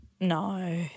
No